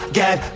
get